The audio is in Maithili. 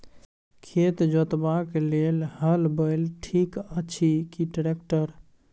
खेत जोतबाक लेल हल बैल ठीक अछि की ट्रैक्टर?